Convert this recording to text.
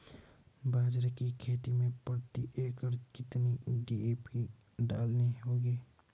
बाजरे की खेती में प्रति एकड़ कितनी डी.ए.पी डालनी होगी?